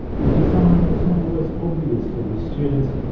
the design was not always obvious to we students,